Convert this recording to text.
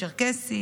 צ'רקסים,